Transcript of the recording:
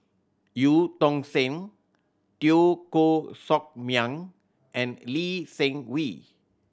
Eu Tong Sen Teo Koh Sock Miang and Lee Seng Wee